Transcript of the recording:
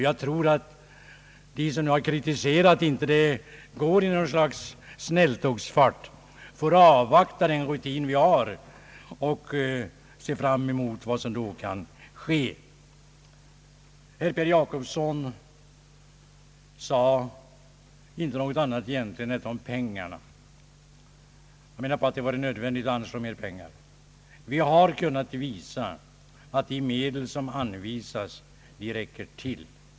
Jag tror att de som här har framfört kritik över att utvecklingen inte går med snälltågsfart får avvakta den rutin vi har. Herr Per Jacobsson berörde i sitt anförande egentligen enbart anslagen och hävdade det nödvändiga i att anvisa mera pengar. Vi har kunnat visa att de medel som anvisats räcker till.